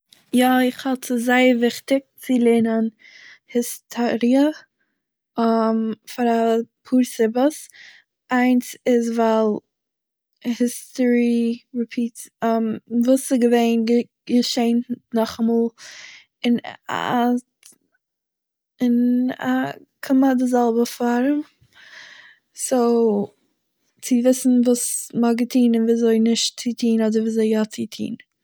יא, איך האלט ס'איז זייער וויכטיג צו לערנען היסטאריע פאר א פאר סיבות; איינס איז ווייל, היסטארי רעפיטס וואס ס'געווען ג- געשעט נאכאמאל אין א- אין א כמעט די זעלבע פארעם, סו, צו וויסן וואס מ'האט געטוהן און וויאזוי נישט צו טוהן אדער וויאזוי יא צו טוהן